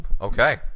Okay